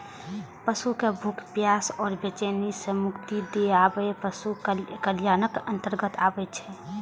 पशु कें भूख, प्यास आ बेचैनी सं मुक्ति दियाएब पशु कल्याणक अंतर्गत आबै छै